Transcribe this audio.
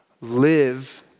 live